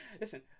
Listen